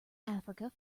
africa